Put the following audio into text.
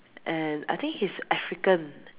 and I think he's African